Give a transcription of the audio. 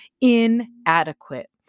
inadequate